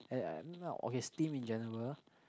okay steam in general